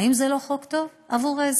האם זה לא חוק טוב עבור האזרחים?